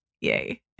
yay